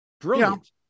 brilliant